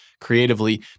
creatively